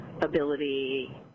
ability